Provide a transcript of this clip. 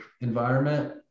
environment